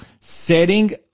setting